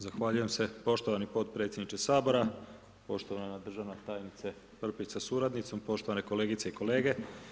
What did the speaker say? Zahvaljujem se poštovani podpredsjedniče sabora, poštovana državna tajnice Prpić sa suradnicom, poštovane kolegice i kolege.